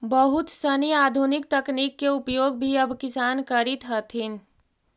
बहुत सनी आधुनिक तकनीक के उपयोग भी अब किसान करित हथिन